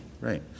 Right